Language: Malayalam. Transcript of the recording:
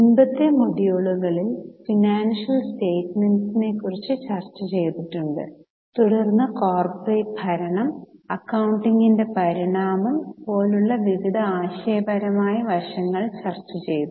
മുമ്പത്തെ മൊഡ്യൂളുകളിൽ ഫിനാൻഷ്യൽ സ്റ്റെമെന്റ്സ്നെ കുറിച്ച് ചർച്ച ചെയ്തിട്ടുണ്ട് തുടർന്ന് കോർപ്പറേറ്റ് ഭരണം അക്കൌണ്ടിങ്ങിന്റെ പരിണാമം പോലുള്ള വിവിധ ആശയപരമായ വശങ്ങൾ ചർച്ചചെയ്തു